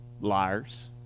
Liars